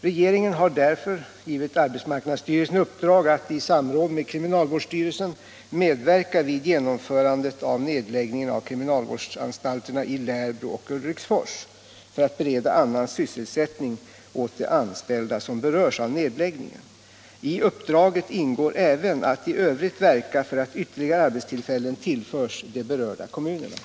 Regeringen har därför givit arbetsmarknadsstyrelsen i uppdrag att, i samråd med kriminalvårdsstyrelsen, medverka vid genomförandet av nedläggningen av kriminalvårdsanstalterna i Lärbro och Ulriksfors för att bereda annan sysselsättning åt de anställda som berörs av nedläggningen. I uppdraget ingår även att i övrigt verka för att ytterligare arbetstillfällen tillförs de berörda kommunerna.